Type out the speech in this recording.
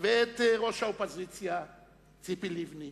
ואת ידי ראש האופוזיציה ציפי לבני,